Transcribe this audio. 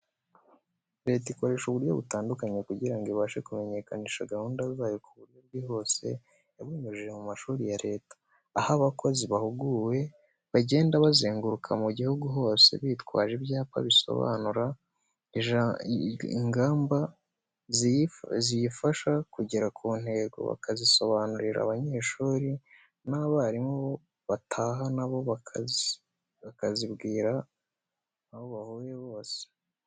Leta ikoresha uburyo butandukanye kugira ngo ibashe kumenyekanisha guhunda zayo ku buryo bwihuse, ibinyujije mu mashuri ya Leta. Aho abakozi bahuguwe bagenda bazenguruka mu gihugu hose, bitwaje ibyapa bisobanura ingamba ziyifasha kugera ku ntego, bakazisobanurira abanyeshuri n'abarimu, bataha na bo bakazibwira abo bahuye bose.